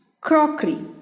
crockery